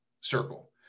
circle